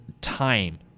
time